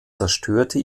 zerstörte